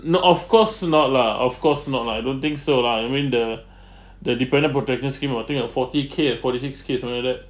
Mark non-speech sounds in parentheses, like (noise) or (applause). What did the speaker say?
no of course not lah of course not lah I don't think so lah I mean the (breath) the dependant protection scheme about I think ah forty k ah forty six k something like that